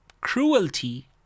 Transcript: cruelty